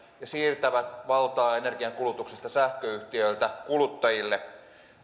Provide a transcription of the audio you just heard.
ja siirtävät valtaa energiankulutuksessa sähköyhtiöiltä kuluttajille